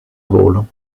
volo